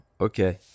okay